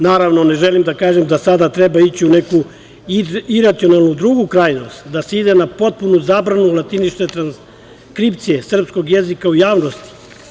Naravno, ne želim da kažem da sada treba ići u neku iracionalnu, drugu krajnost, da se ide na potpunu zabranu latinične transkripcije srpskog jezika u javnosti.